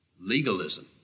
legalism